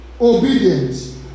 Obedience